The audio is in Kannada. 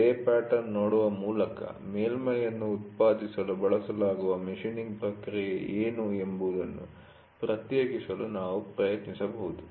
ಲೇ ಪ್ಯಾಟರ್ನ್ ನೋಡುವ ಮೂಲಕ ಮೇಲ್ಮೈ ಅನ್ನು ಉತ್ಪಾದಿಸಲು ಬಳಸಲಾಗುವ ಮಷೀನ್ನಿಂಗ್ ಪ್ರಕ್ರಿಯೆ ಏನು ಎಂಬುದನ್ನು ಪ್ರತ್ಯೇಕಿಸಲು ನಾವು ಪ್ರಯತ್ನಿಸಬಹುದು